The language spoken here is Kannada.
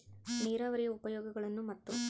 ನೇರಾವರಿಯ ಉಪಯೋಗಗಳನ್ನು ಮತ್ತು?